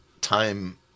time